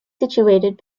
situated